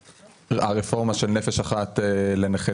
תקצוב פעילות הרפורמה של נפש אחת למחצה,